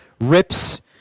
rips